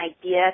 idea